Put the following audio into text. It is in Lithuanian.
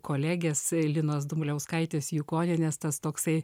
kolegės linos dumbliauskaitės jukonienės tas toksai